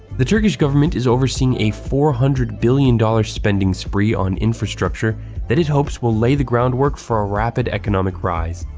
the turkish government is overseeing a four hundred billion dollars spending spree on infrastructure that it hopes will lay the groundwork for a rapid economic rise.